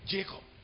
Jacob